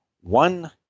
One